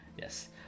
Yes